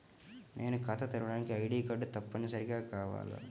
నేను ఖాతా తెరవడానికి ఐ.డీ కార్డు తప్పనిసారిగా కావాలా?